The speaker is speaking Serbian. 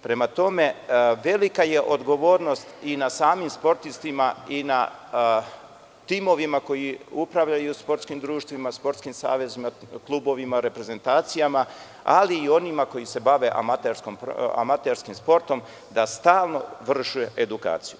Prema tome, velika je odgovornost i na samim sportistima i na timovima koji upravljaju sportskim društvima, sportskim savezima, klubovima, reprezentacijama, ali i onima koji se bave amaterskim sportom da stalno vrše edukaciju.